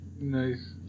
Nice